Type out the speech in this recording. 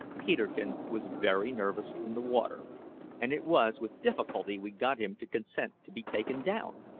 peterkin was very nervous in the water and it was with difficulty we got him to consent to be taken down,